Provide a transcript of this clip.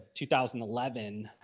2011